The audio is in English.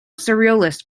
surrealist